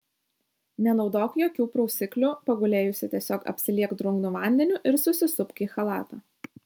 nenaudok jokių prausiklių pagulėjusi tiesiog apsiliek drungnu vandeniu ir susisupk į chalatą